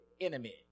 enemy